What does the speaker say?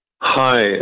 Hi